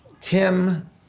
Tim